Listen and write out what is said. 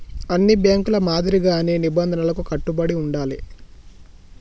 అన్ని బ్యేంకుల మాదిరిగానే నిబంధనలకు కట్టుబడి ఉండాలే